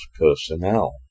personnel